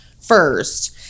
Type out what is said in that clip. first